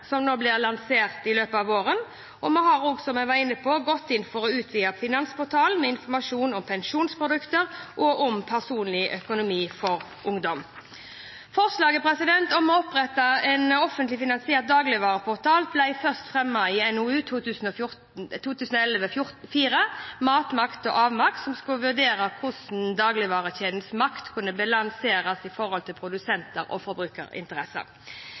som blir lansert i løpet av våren. Som jeg har vært inne på, har vi også gått inn for å utvide Finansportalen med informasjon om pensjonsprodukter og om personlig økonomi for ungdom. Forslaget om å opprette en offentlig finansiert dagligvareportal ble først fremmet i NOU 2011:4 Mat, makt og avmakt, som skulle vurdere hvordan dagligvarekjedenes makt kunne balanseres i forhold til produsenter og forbrukerinteresser.